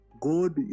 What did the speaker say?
god